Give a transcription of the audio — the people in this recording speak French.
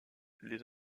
les